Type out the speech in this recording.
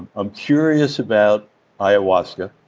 i'm curious about ayahuasca.